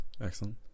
excellent